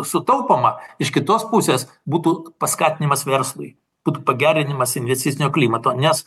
sutaupoma iš kitos pusės būtų paskatinimas verslui būtų pagerinimas investicinio klimato nes